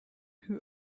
who